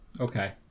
Okay